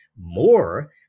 more